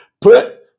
put